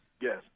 yes